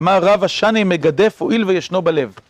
מערבא שאני מגדף הועיל וישנו בלב